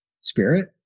spirit